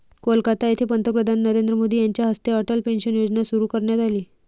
कोलकाता येथे पंतप्रधान नरेंद्र मोदी यांच्या हस्ते अटल पेन्शन योजना सुरू करण्यात आली